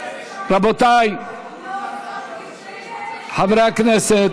רבותיי חברי הכנסת.